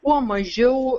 kuo mažiau